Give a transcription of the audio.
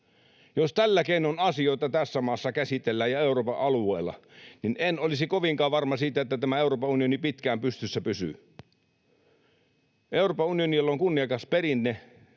Jos tällä keinoin asioita tässä maassa ja Euroopan alueella käsitellään, niin en olisi kovinkaan varma siitä, että tämä Euroopan unioni pitkään pystyssä pysyy. Euroopan unionilla on kunniakas perinne